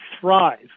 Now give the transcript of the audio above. thrive